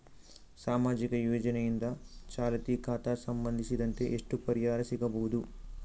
ಸಾಮಾಜಿಕ ಯೋಜನೆಯಿಂದ ಚಾಲತಿ ಖಾತಾ ಸಂಬಂಧಿಸಿದಂತೆ ಎಷ್ಟು ಪರಿಹಾರ ಸಿಗಬಹುದು?